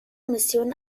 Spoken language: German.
missionen